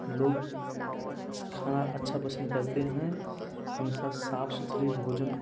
लोग खाना अच्छा पसंद करते हैं हमेशा साफ सुथरे भोजन